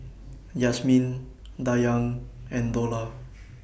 Yasmin Dayang and Dollah